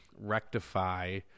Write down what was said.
rectify